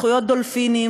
זכויות דולפינים,